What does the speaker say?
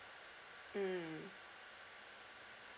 mm